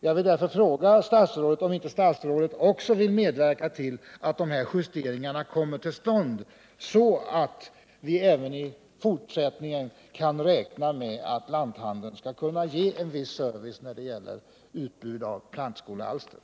Jag vill därför fråga statsrådet om inte statsrådet också vill medverka till att sådana justeringar kommer till stånd, så att vi även i fortsättningen kan räkna med att lanthandeln kan ge viss service när det gäller utbudet av plantskolealster.